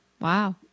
Wow